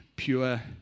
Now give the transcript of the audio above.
Pure